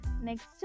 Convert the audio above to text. Next